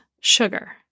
sugar